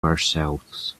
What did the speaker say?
ourselves